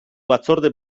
batzorde